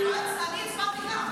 אנחנו נפעיל שוב את ההצבעה.